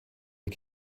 die